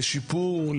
לשיפור,